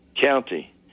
county